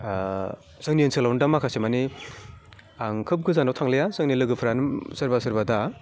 जोंनि ओनसोलावनो दा माखासेमानि आं खोब गोजानाव थांलिया जोंनि लोगोफ्रानो सोरबा सोरबा दा